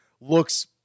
looks